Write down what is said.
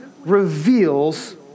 reveals